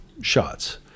shots